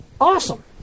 awesome